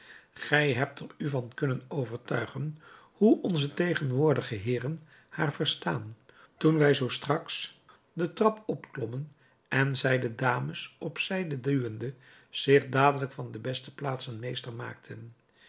gij hebt er u van kunnen overtuigen hoe onze tegenwoordige heeren haar verstaan toen wij zoo straks den trap opklommen en zij de dames op zijde duwende zich dadelijk van de beste plaatsen meester maakten